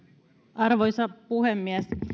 arvoisa puhemies